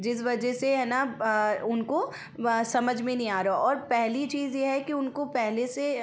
जिस वजह से है न उनको वह समझ में नहीं आ रहा और पहली चीज़ यह है कि उनको पहले से